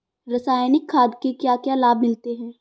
रसायनिक खाद के क्या क्या लाभ मिलते हैं?